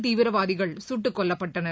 தீவிரவாதிகள் சுட்டுக்கொல்லப்பட்டனர்